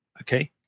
okay